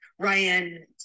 Ryan